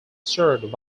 served